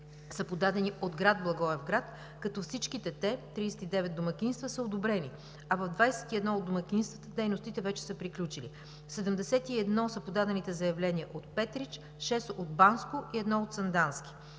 са подадени от град Благоевград, като всичките 39 домакинства са одобрени, а в 21 от домакинствата дейностите вече са приключили. Седемдесет и едно са подадените заявления от Петрич, шест от Банско и едно от Сандански.